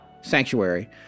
sanctuary